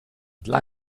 dla